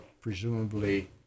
presumably